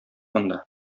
монда